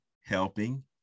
helping